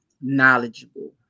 knowledgeable